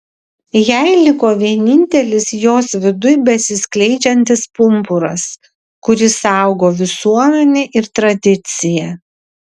jai liko vienintelis jos viduj besiskleidžiantis pumpuras kurį saugo visuomenė ir tradicija